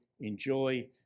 enjoy